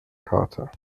kater